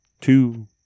Two